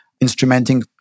instrumenting